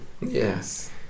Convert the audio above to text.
Yes